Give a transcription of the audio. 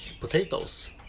potatoes